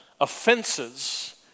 offenses